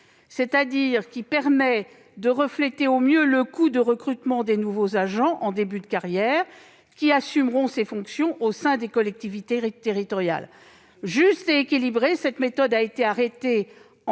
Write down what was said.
Celle-ci permet de refléter au mieux le coût de recrutement des nouveaux agents en début de carrière, qui assumeront leurs fonctions au sein des collectivités territoriales. Juste et équilibrée, cette méthode a été arrêtée